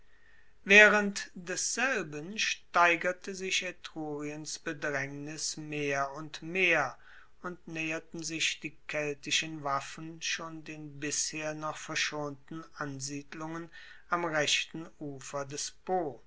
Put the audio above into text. waehrend desselben steigerte sich etruriens bedraengnis mehr und mehr und naeherten sich die keltischen waffen schon den bisher noch verschonten ansiedlungen am rechten ufer des po